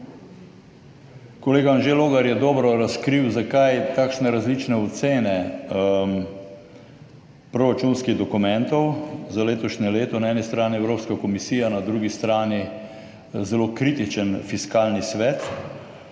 Kolega Anže Logar je dobro razkril, zakaj takšne različne ocene proračunskih dokumentov za letošnje leto, na eni strani Evropska komisija, na drugi strani zelo kritičen Fiskalni svet.